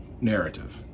narrative